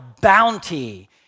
bounty